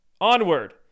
Onward